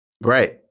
Right